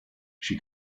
she